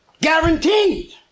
Guaranteed